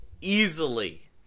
easily